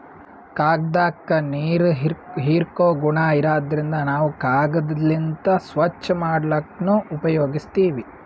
ಕಾಗ್ದಾಕ್ಕ ನೀರ್ ಹೀರ್ಕೋ ಗುಣಾ ಇರಾದ್ರಿನ್ದ ನಾವ್ ಕಾಗದ್ಲಿಂತ್ ಸ್ವಚ್ಚ್ ಮಾಡ್ಲಕ್ನು ಉಪಯೋಗಸ್ತೀವ್